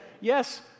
yes